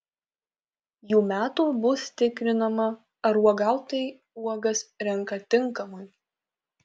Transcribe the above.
jų metų bus tikrinama ar uogautojai uogas renka tinkamai